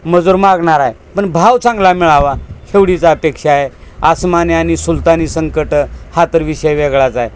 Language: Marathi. मजूर मागणार आहे पण भाव चांगला मिळावा शेवटी तीच आहे अपेक्षा आहे आसमानी आणि सुलतानी संकटं हा तर विषय वेगळाच आहे